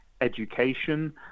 education